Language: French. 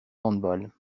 handball